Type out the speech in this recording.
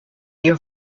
your